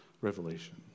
revelation